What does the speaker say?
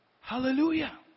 Hallelujah